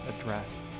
addressed